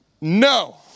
no